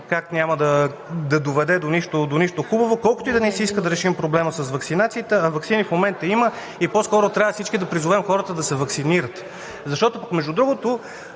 как няма да доведе до нищо хубаво, колкото и да ни се иска да решим проблема с ваксинацията, а ваксини в момента има. По-скоро трябва всички да призовем хората да се ваксинират. Между другото,